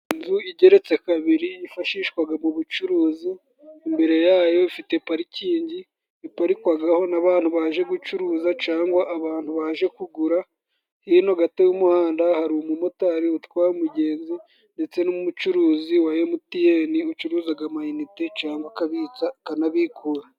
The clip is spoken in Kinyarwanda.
Inzu igereretse kabiri yifashishwa mu bucuruzi. Imbere yayo ifite parikingi iparikwaho n'abantu baje gucuruza, cyangwa abantu baje kugura. Hino gato y'umuhanda hari umumotari utwaye umugenzi ndetse n'umucuruzi wa emutiyeni ucuruza amayinite, cyangwa akabitsa, akanabikura.